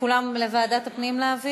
כולם מציעים להעביר לוועדת הפנים?